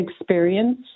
experience